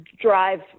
drive